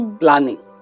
planning